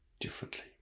differently